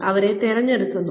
അവരെ തിരഞ്ഞെടുക്കുന്നു